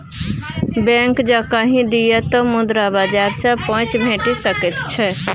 bank जँ कहि दिअ तँ मुद्रा बाजार सँ पैंच भेटि सकैत छै